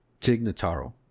Tignataro